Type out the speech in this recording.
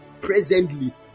presently